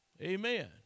amen